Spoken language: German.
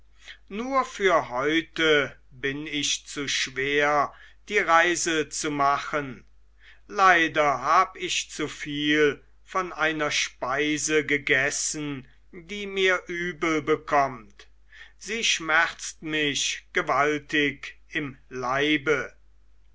nur für heute bin ich zu schwer die reise zu machen leider hab ich zu viel von einer speise gegessen die mir übel bekommt sie schmerzt mich gewaltig im leibe